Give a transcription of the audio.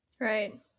Right